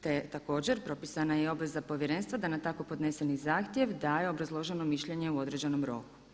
Te također propisana je i obveza Povjerenstva da na tako podneseni zahtjev daje obrazloženo mišljenje u određenom roku.